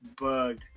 bugged